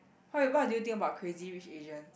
what what do you think about Crazy-Rich-Asians